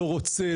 לא רוצה,